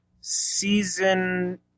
season